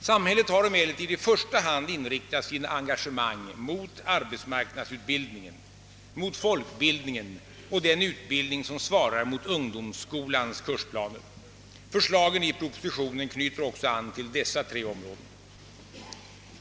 Samhället har emellertid i första hand in riktat sitt engagemang mot arbetsmarknadsutbildningen, folkbildningen och den utbildning som svarar mot ungdomsskolans kursplaner. Förslagen i propositionen knyter också an till dessa tre områden.